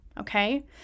okay